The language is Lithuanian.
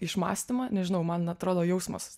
išmąstymą nežinau man atrodo jausmas